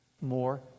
more